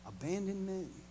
abandonment